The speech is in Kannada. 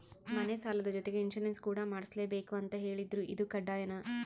ಮನೆ ಸಾಲದ ಜೊತೆಗೆ ಇನ್ಸುರೆನ್ಸ್ ಕೂಡ ಮಾಡ್ಸಲೇಬೇಕು ಅಂತ ಹೇಳಿದ್ರು ಇದು ಕಡ್ಡಾಯನಾ?